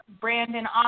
Brandon